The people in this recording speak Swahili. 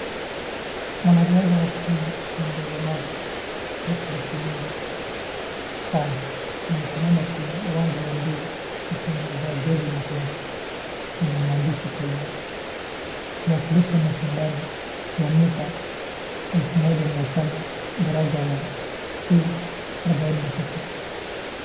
Mwanariadha wa Kenya mwenye ulemavu Wesley Kimeli Sang amesimama kwenye uwanja wa mbio akiwa amevaa jezi nyekundu yenye maandishi Kenya. Akiwakilisha mashindano ya mita elfu moja mia tano daraja la T arobaini na sita.